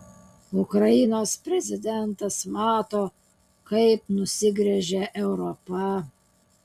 ukrainos prezidentas mato kaip nusigręžia europa